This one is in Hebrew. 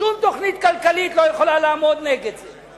שום תוכנית כלכלית לא יכולה לעמוד נגד זה.